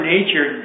Nature